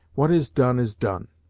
what is done is done,